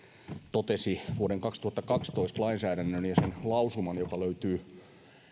totesi vuoden kaksituhattakaksitoista lainsäädännön ja sen lausuman joka löytyy